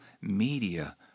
media